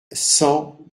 cent